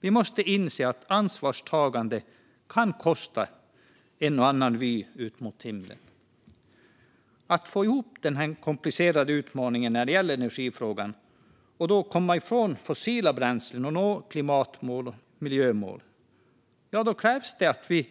Vi måste inse att ansvarstagande kan kosta en och annan vy ut mot himlen. För att få ihop lösningar på denna komplicerade utmaning när det gäller energifrågan och komma ifrån fossila bränslen och nå klimatmål och miljömål krävs det att vi